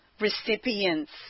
recipients